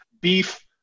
beef